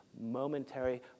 momentary